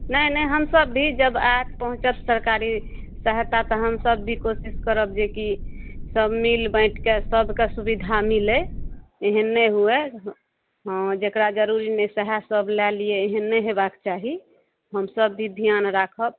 नहि नहि हमसभ भी जब आएत पहुँचत सरकारी सहायता तऽ हमसभ भी कोशिश करब जे कि सभ मिल बाटि कऽ सभकऽ सुबिधा मिलै एहन नहि हुए हाँ जकरा जरूरी नहि सेहे सभ लै लियै एहन नहि होयबाक चाही हमसभ भी ध्यान राखब